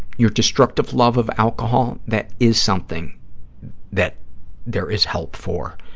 your destructive love of alcohol, that is something that there is help for,